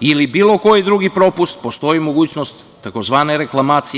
ili bilo koji drugi propust, postoji mogućnost tzv. reklamacije.